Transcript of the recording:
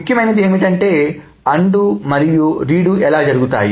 ముఖ్యమైనది ఏమిటంటే అన్డు మరియు రీడు ఎలా జరుగుతాయి